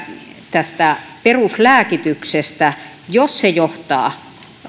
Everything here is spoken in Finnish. tästä peruslääkityksestä jos se johtaa